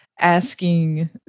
asking